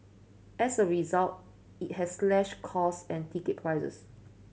as a result it has slashed costs and ticket prices